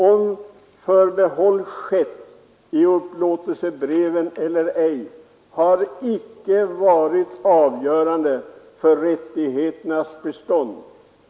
Om förbehåll skett i upplåtelsebreven eller ej, har icke varit avgörande för rättigheternas bestånd.